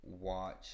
Watch